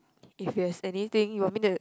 if there's anything you want me to